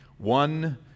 One